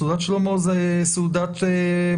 סעודת שלמה זה סעודה מפסקת.